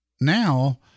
now